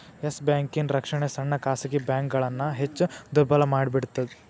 S ಬ್ಯಾಂಕಿನ್ ರಕ್ಷಣೆ ಸಣ್ಣ ಖಾಸಗಿ ಬ್ಯಾಂಕ್ಗಳನ್ನ ಹೆಚ್ ದುರ್ಬಲಮಾಡಿಬಿಡ್ತ್